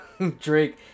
Drake